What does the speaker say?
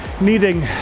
needing